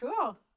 Cool